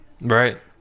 right